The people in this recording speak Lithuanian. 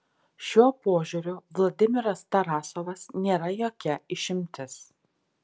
šiuo požiūriu vladimiras tarasovas nėra jokia išimtis